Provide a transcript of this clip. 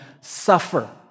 suffer